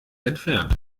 entfernt